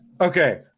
Okay